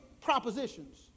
propositions